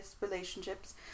relationships